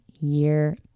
year